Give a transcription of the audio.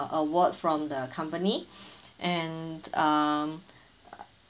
award from the company and um err